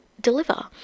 deliver